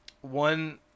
one